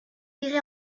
irez